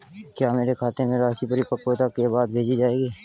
क्या मेरे खाते में राशि परिपक्वता के बाद भेजी जाएगी?